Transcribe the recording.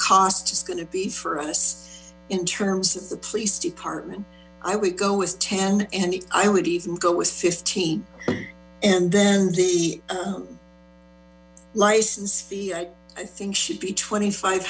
cost is going to be for us in terms of the police department i would go with ten and i would even go with fifteen and then the license fee i think should be twenty five